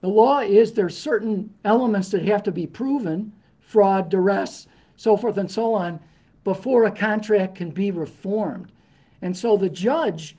the law is there are certain elements that have to be proven fraud harass so far than saw one before a contract can be reformed and so the judge